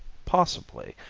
possibly.